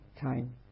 time